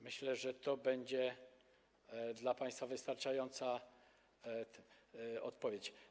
Myślę, że to będzie dla państwa wystarczająca odpowiedź.